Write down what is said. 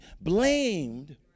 blamed